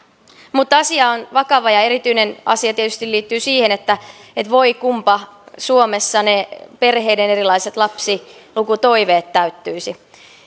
mutta asia on vakava ja erityinen asia tietysti liittyy siihen että että voi kunpa suomessa ne perheiden erilaiset lapsilukutoiveet täyttyisivät